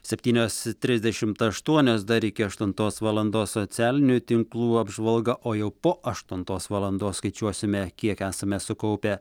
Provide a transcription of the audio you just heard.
septynios trisedšimt aštuonios dar iki aštuntos valandos socialinių tinklų apžvalga o jau po aštuntos valandos skaičiuosime kiek esame sukaupę